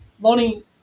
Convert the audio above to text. Lonnie